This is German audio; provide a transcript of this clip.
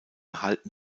halten